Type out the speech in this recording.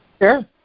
sure